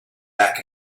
back